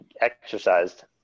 exercised